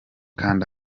kanda